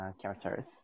characters